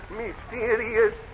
mysterious